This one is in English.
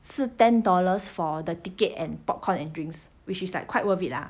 是 ten dollars for the ticket and popcorn and drinks which is like quite worth it lah